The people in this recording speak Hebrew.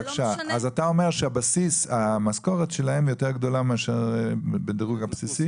אתה אומר שהמשכורת שלהם יותר גדולה מאשר בדירוג הבסיסי?